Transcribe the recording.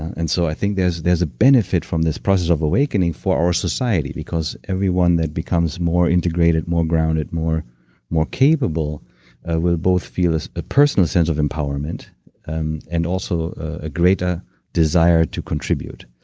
and so i think there's there's a benefit from this process of awakening for our society because everyone that becomes more integrated, more grounded, more more capable will both feel a personal sense of empowerment and and also a greater desire to contribute.